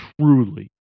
truly